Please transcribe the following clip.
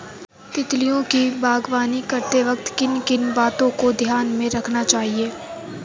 तितलियों की बागवानी करते वक्त किन किन बातों को ध्यान में रखना चाहिए?